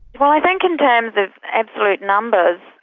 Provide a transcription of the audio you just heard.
well i think in terms of absolute numbers,